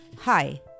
Hi